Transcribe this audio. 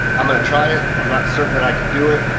i'm going to try it, i'm not certain that i can do it